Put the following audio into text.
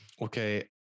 Okay